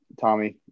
Tommy